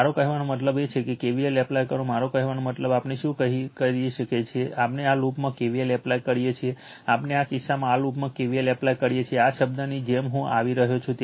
મારો કહેવાનો મતલબ એ છે કે KVL એપ્લાય કરો મારો કહેવાનો મતલબ આપણે શું કરી શકીએ છીએ આપણે આ લૂપમાં KVL એપ્લાય કરીએ છીએ આપણે આ કિસ્સામાં આ લૂપમાં KVL એપ્લાય કરીએ છીએ આ શબ્દની જેમ હું આવી રહ્યો છું